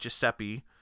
Giuseppe